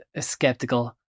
skeptical